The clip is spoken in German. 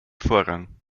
vorrang